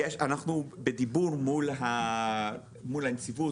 אנחנו בדיבור מול הנציבות.